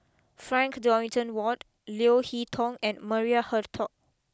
Frank Dorrington Ward Leo Hee Tong and Maria Hertogh